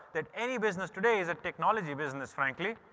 that any business today is a technology business, frankly.